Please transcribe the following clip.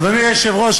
אדוני היושב-ראש,